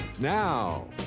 Now